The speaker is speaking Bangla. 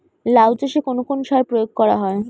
লাউ চাষে কোন কোন সার প্রয়োগ করা হয়?